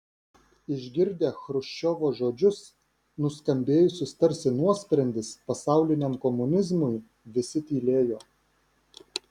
išgirdę chruščiovo žodžius nuskambėjusius tarsi nuosprendis pasauliniam komunizmui visi tylėjo